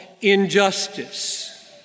Injustice